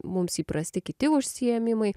mums įprasti kiti užsiėmimai